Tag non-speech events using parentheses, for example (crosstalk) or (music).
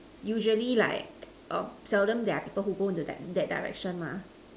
usually like (noise) err seldom there are people who go into that that Direction mah